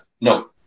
No